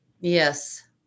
yes